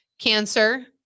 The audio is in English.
cancer